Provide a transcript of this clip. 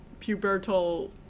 pubertal